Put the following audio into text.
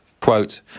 Quote